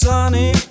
Sunny